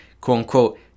quote-unquote